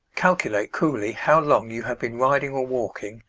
calculate coolly how long you have been riding or walking,